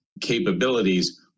capabilities